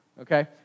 okay